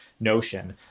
notion